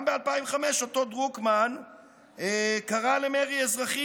גם ב-2005 אותו דרוקמן קרא למרי אזרחי